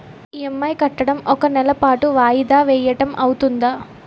EMI కట్టడం ఒక నెల పాటు వాయిదా వేయటం అవ్తుందా?